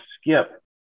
skip